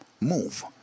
move